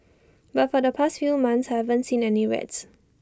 but for the past few months I haven't seen any rats